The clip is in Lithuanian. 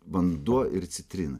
vanduo ir citrina